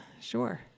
sure